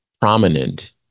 prominent